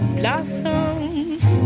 blossoms